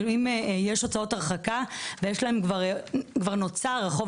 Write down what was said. כאילו אם יש הוצאות הרחקה וכבר נוצר החוב